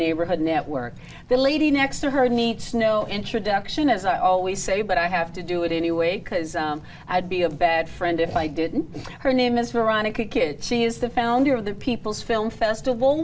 neighborhood network the lady next to her needs no introduction as i always say but i have to do it anyway because i would be a bad friend if i didn't her name is veronica good she is the founder of the people's film festival